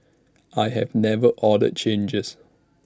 I have never ordered changes